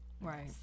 Right